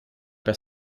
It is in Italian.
per